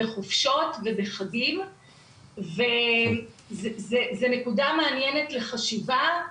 בחופשות ובחגים וזו נקודה מעניינת לחשיבה.